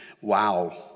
Wow